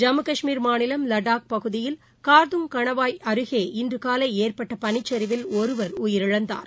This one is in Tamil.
ஜம்மு கஷ்மீர் மாநிலம் லடாக் பகுதியில் கார்துப் கணவாய் அருகே இன்று காலை ஏற்பட்ட பனிச்சரிவில் ஒருவர் உயிரிழந்தார்